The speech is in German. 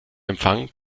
empfang